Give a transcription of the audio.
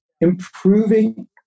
improving